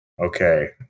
okay